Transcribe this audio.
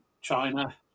China